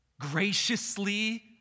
graciously